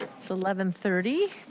it's eleven thirty.